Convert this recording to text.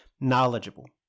knowledgeable